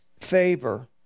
favor